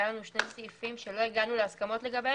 היו שני סעיפים שלא הגענו להסכמות לגביהם,